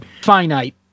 finite